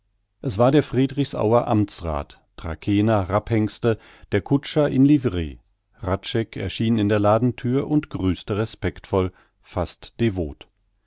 es war der friedrichsauer amtsrath trakehner rapphengste der kutscher in livre hradscheck erschien in der ladenthür und grüßte respektvoll fast devot